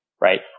right